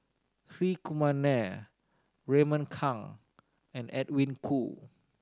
Hri Kumar Nair Raymond Kang and Edwin Koo